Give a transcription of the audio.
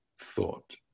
thought